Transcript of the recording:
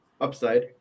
Upside